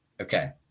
Okay